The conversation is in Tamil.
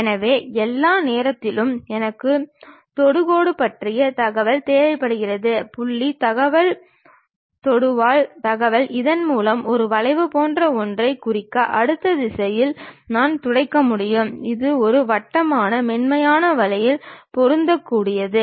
எனவே எல்லா நேரத்திலும் எனக்கு தொடுகோடு பற்றிய தகவல் தேவைப்படுகிறது புள்ளி தகவல் தொடுவான தகவல் இதன் மூலம் ஒரு வளைவு போன்ற ஒன்றைக் குறிக்க அடுத்த திசையில் நான் துடைக்க முடியும் இது ஒரு வட்டமாக மென்மையான வழியில் பொருந்தக்கூடியது